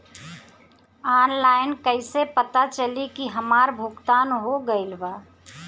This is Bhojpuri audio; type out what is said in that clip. ऑनलाइन कईसे पता चली की हमार भुगतान हो गईल बा?